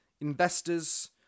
investors